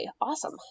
awesome